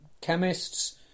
chemists